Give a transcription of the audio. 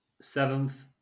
seventh